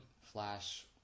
Flash